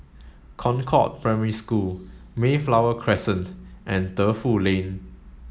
Concord Primary School Mayflower Crescent and Defu Lane